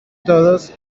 todos